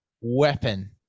weapon